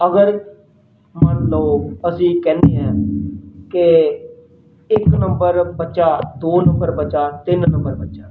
ਅਗਰ ਮੰਨ ਲਓ ਅਸੀਂ ਕਹਿੰਦੇ ਹੈ ਕਿ ਇੱਕ ਨੰਬਰ ਬੱਚਾ ਦੋ ਨੰਬਰ ਬੱਚਾ ਤਿੰਨ ਨੰਬਰ ਬੱਚਾ